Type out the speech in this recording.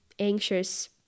anxious